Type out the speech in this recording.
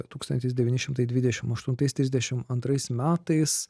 tūkstantis devyni šimtai dvidešimt aštuntais trisdešimt antrais metais